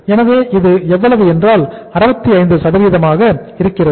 எனவே இது எவ்வளவு என்றால் 65 ஆக இருக்கிறது